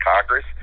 Congress